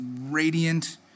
radiant